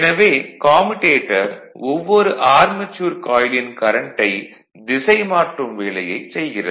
எனவே கம்யூடேட்டர் ஒவ்வொரு ஆர்மெச்சூர் காயிலின் கரண்ட்டை திசைமாற்றும் வேலையைச் செய்கிறது